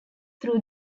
through